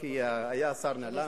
כי השר נעלם.